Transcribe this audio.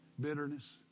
bitterness